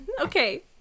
Okay